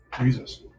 Jesus